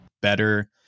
better